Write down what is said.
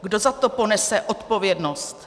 Kdo za to ponese odpovědnost?